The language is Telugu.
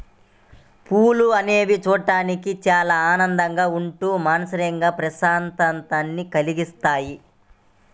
పువ్వులు అనేవి చూడడానికి చాలా అందంగా ఉంటూ మానసిక ప్రశాంతతని కల్గిస్తాయి